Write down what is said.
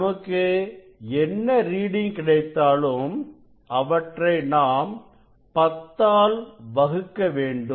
நமக்கு என்ன ரீடிங் கிடைத்தாலும் அவற்றை நாம் பத்தால் வகுக்க வேண்டும்